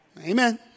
Amen